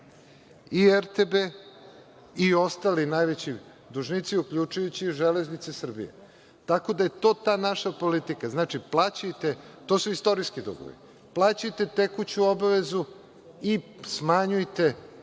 I RTB i ostali najveći dužnici uključujući i Železnice Srbije. Tako da je to ta naša politika. Znači, plaćajte, to su istorijski dugovi. Plaćajte tekuću obavezu i smanjujte